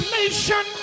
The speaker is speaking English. nation